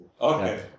Okay